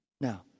Now